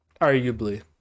Arguably